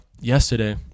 yesterday